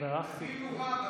בירכתי.